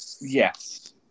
Yes